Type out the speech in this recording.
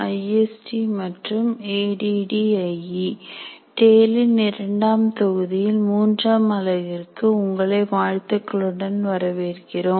டேலின் இரண்டாம் தொகுதியில் மூன்றாம் அலகிற்கு உங்களை வாழ்த்துக்களுடன் வரவேற்கிறோம்